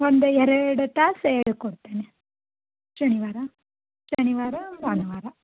ಒಂದು ಎರಡು ತಾಸು ಹೇಳಿಕೊಡ್ತೇನೆ ಶನಿವಾರ ಶನಿವಾರ ಭಾನುವಾರ